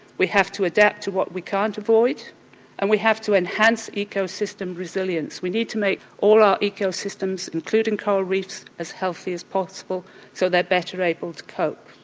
we have to adapt to what we can't avoid and we have to enhance eco system resilience. we need to make all our eco systems including coral reefs as healthy as possible so they're better able to cope.